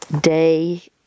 day